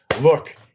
look